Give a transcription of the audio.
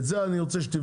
את זה אני רוצה שתבדקו.